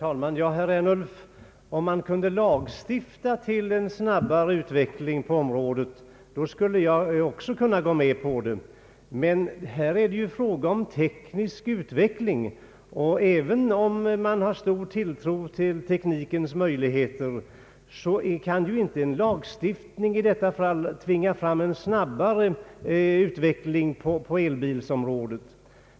Herr talman! Om man kunde lagstifta om en snabbare utveckling på området skulle jag också kunna gå med på det. Men här är det fråga om teknisk utveckling, och även om man har stor tilltro till teknikens möjligheter kan ju inte en lagstiftning i detta fall tvinga fram en snabbare utveckling på elbilområdet.